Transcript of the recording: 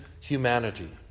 humanity